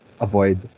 avoid